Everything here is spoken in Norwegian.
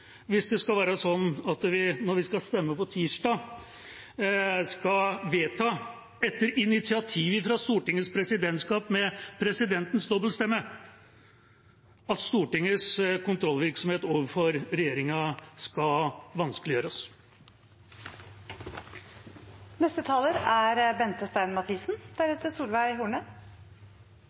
hvis det blir slik at vi, når vi skal stemme på tirsdag, skal vedta – etter initiativ fra Stortingets presidentskap med presidentens dobbeltstemme – at Stortingets kontrollvirksomhet overfor regjeringa skal